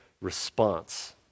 response